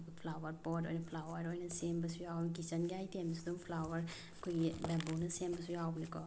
flower pot ꯑꯣꯏꯔꯣ flower ꯑꯣꯏꯅ ꯁꯦꯝꯕꯁꯨ ꯌꯥꯎꯏ ꯀꯤꯆꯟꯒꯤ ꯑꯥꯏꯇꯦꯝꯗꯁꯨ ꯑꯗꯨꯝ ꯐ꯭ꯂꯥꯋꯔ ꯑꯩꯈꯣꯏꯒꯤ ꯕꯦꯝꯕꯨꯅ ꯁꯦꯝꯕꯁꯨ ꯌꯥꯎꯕꯅꯤꯀꯣ